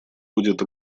будет